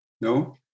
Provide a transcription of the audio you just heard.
No